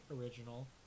original